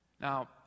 Now